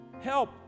Help